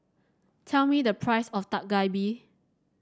tell me the price of Dak Galbi